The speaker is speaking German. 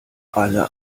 alle